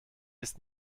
ist